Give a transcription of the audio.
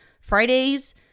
Fridays